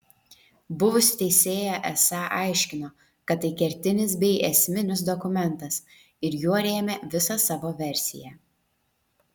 buvusi teisėja esą aiškino kad tai kertinis bei esminis dokumentas ir juo rėmė visą savo versiją